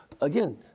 Again